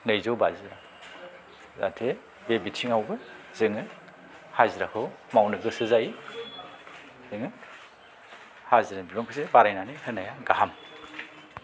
नैजौ बाजि रां जाहाथे बे बिथिङावबो जोङो हाजिराखौ मावनो गोसो जायो जोंङो हाजिरानि बिबांखौ एसे बारायनानै होनाया गाहाम